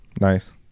Nice